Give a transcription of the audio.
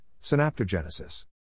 synaptogenesis